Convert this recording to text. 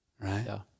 Right